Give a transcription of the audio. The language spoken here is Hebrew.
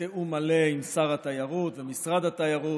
בתיאום מלא עם שר התיירות ומשרד התיירות,